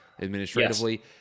administratively